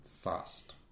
Fast